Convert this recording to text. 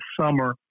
summer